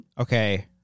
Okay